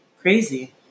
crazy